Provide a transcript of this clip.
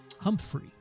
Humphrey